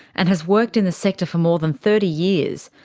and has worked in the sector for more than thirty years.